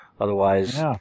Otherwise